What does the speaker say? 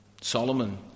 Solomon